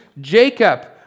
Jacob